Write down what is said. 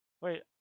wait